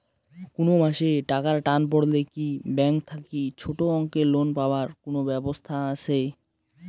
কুনো মাসে টাকার টান পড়লে কি ব্যাংক থাকি ছোটো অঙ্কের লোন পাবার কুনো ব্যাবস্থা আছে?